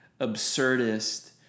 absurdist